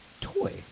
toy